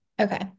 Okay